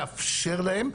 לאפשר להם,